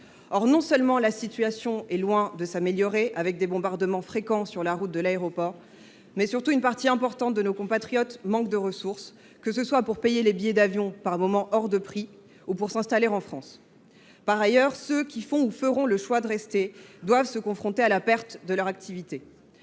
Or non seulement la situation est loin de s’améliorer, avec des bombardements fréquents sur la route de l’aéroport, mais, surtout, une partie importante de nos compatriotes manquent de ressources, que ce soit pour payer les billets d’avion, actuellement hors de prix, ou pour s’installer en France. Par ailleurs, ceux qui font ou feront le choix de rester seront confrontés à une perte d’activité.